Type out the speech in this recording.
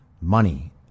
Money